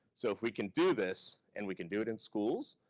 so if we can do this, and we can do it in schools.